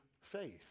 faith